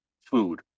food